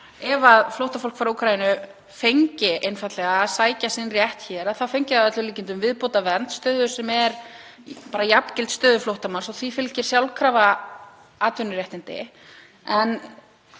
að ef flóttafólk frá Úkraínu fengi einfaldlega að sækja sinn rétt hér þá fengi það að öllum líkindum viðbótarvernd, stöðu sem er jafngild stöðu flóttamanns, og því fylgir sjálfkrafa atvinnuréttindi.